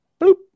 Boop